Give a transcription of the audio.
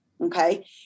Okay